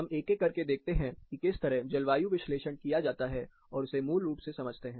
हम एक एक करके देखते हैं किस तरह जलवायु विश्लेषण किया जाता है और उसे मूल रूप से समझते हैं